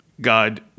God